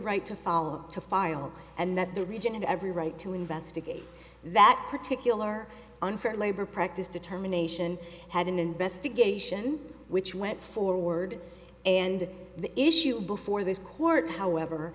right to follow to file and that the region had every right to investigate that particular unfair labor practice determination had an investigation which went forward and the issue before this court however